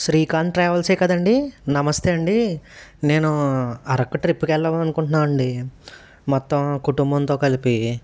శ్రీకాంత ట్రావెల్సే కదండి నమస్తే అండి నేను అరకు ట్రిప్కి వెళ్ళాలనుకుంటున్నానండి మొత్తం కుటుంబంతో కలిపి